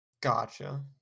gotcha